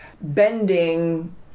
bending